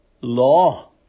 law